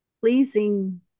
pleasing